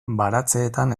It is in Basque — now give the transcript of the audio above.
baratzeetan